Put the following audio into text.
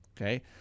Okay